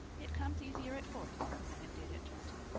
it comes easier at forty than it did at twenty.